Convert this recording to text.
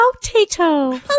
Potato